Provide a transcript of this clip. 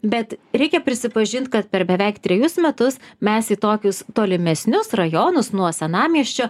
bet reikia prisipažint kad per beveik trejus metus mes į tokius tolimesnius rajonus nuo senamiesčio